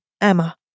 Emma